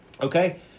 Okay